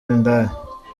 indaya